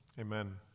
amen